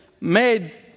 made